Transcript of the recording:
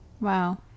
wow